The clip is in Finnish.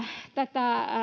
tätä